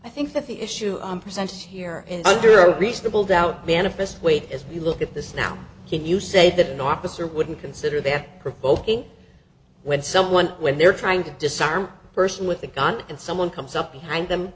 i think that the issue i'm presented here is under reasonable doubt manifest weight as we look at this now can you say that an officer wouldn't consider their provoking when someone when they're trying to disarm a person with a gun and someone comes up behind them